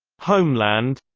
homeland